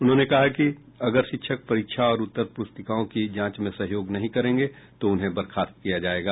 उन्होंने कहा कि अगर शिक्षक परीक्षा और उत्तर प्रस्तिकाओं की जांच में सहयोग नहीं करेंगे तो उन्हें बर्खास्त किया जायेगा